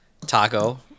taco